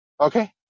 Okay